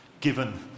given